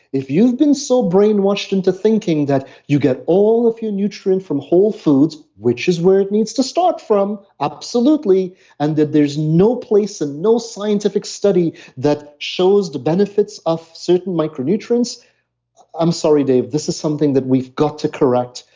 if you've been so brainwashed into thinking that you get all of your nutrients from whole foods, which is where it needs to start from, absolutely and that there's no place and no scientific study that shows the benefits of certain micronutrients i'm sorry dave, this is something that we've got to correct,